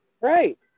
right